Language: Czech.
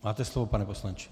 Máte slovo, pane poslanče.